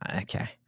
Okay